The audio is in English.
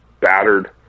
battered